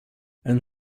and